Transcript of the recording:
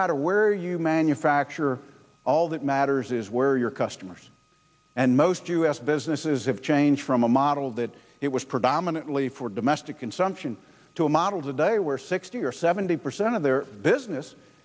matter where you manufacture all that matters is where your customers and most u s businesses have changed from a model that it was predominantly for domestic consumption to a model today where sixty or seventy percent of their business